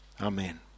Amen